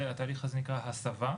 התהליך הזה נקרא הסבה,